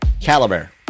Caliber